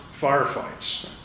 firefights